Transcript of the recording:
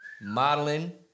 modeling